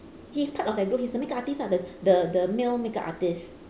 he's part of that group he's the makeup artist ah the the the male makeup artist